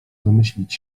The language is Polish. domyślić